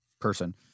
person